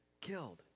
killed